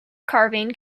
carving